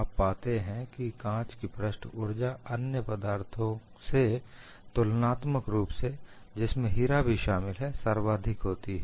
आप पाते हैं कि कांच की पृष्ठ ऊर्जा अन्य पदार्थों से तुलनात्मक रूप से जिसमें हीरा भी शामिल है सर्वाधिक होती है